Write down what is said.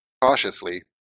Cautiously